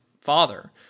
father